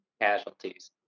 casualties